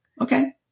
Okay